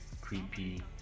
creepy